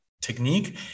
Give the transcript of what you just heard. technique